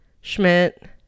Schmidt